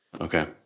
Okay